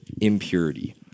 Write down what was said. impurity